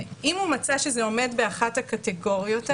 אם הוא מצא שזה עומד באחת הקטגוריות האלה,